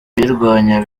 kuyirwanya